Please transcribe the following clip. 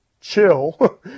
chill